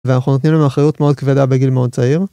ואנחנו נותנים להם אחריות מאוד כבדה בגיל מאוד צעיר.